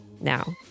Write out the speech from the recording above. Now